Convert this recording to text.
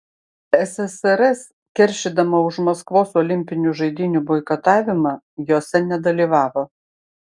ssrs keršydama už maskvos olimpinių žaidynių boikotavimą jose nedalyvavo